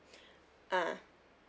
ah